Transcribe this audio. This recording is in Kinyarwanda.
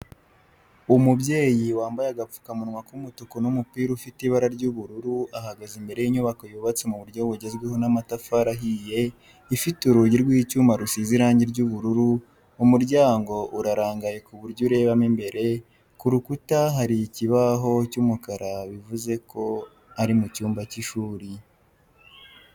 Umubyeyi wambaye agapfukamunwa k'umutuku n'umupira ufite ibara ry'ubururu ahagaze imbere y'inyubako yubatse mu buryo bugezweho n'amatafari ahiye ifite urugi rw'icyuma rusize irangi ry'ubururu, umuryango urarangaye ku buryo urebamo imbere, ku rukuta hari ikibaho cy'umukara bivuze ko ari mu cyumba cy'ishuri.